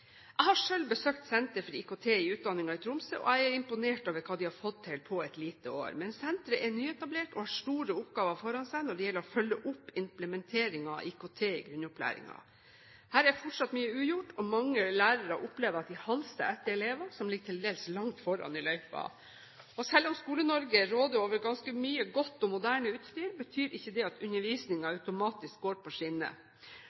Jeg har selv besøkt Senter for IKT i utdanningen i Tromsø, og jeg er imponert over hva de har fått til på et lite år. Men senteret er nyetablert og har store oppgaver foran seg når det gjelder å følge opp implementeringen av IKT i grunnopplæringen. Her er fortsatt mye ugjort, og mange lærere opplever at de halser etter elever som ligger til dels langt foran i løypa. Og selv om Skole-Norge råder over ganske mye godt og moderne utstyr, betyr ikke det at